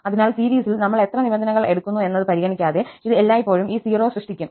അതിനാൽ സീരീസിൽ നമ്മൾ എത്ര നിബന്ധനകൾ എടുക്കുന്നു എന്നത് പരിഗണിക്കാതെ ഇത് എല്ലായ്പ്പോഴും ഈ 0 സൃഷ്ടിക്കും